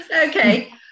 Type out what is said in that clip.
Okay